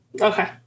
Okay